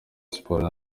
sports